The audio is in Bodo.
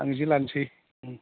आं जे लानोसै उम